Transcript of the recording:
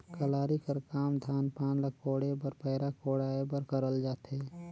कलारी कर काम धान पान ल कोड़े बर पैरा कुढ़ाए बर करल जाथे